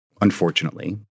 unfortunately